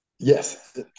Yes